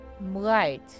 Right